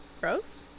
Gross